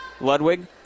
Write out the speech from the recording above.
Ludwig